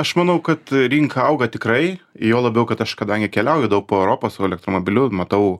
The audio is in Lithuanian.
aš manau kad rinka auga tikrai juo labiau kad aš kadangi keliauju daug po europą su elektomobiliu matau